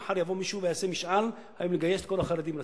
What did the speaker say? מחר יבוא מישהו ויעשה משאל האם לגייס את כל החרדים לצבא,